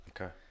Okay